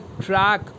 track